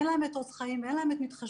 ואין את עוז חיים ואין את "מתחשבים"?